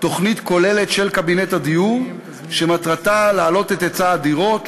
מתוכנית כוללת של קבינט הדיור שמטרתה להגדיל את היצע הדירות,